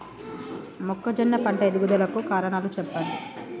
మొక్కజొన్న పంట ఎదుగుదల కు కారణాలు చెప్పండి?